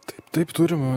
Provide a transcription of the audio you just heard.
taip taip turim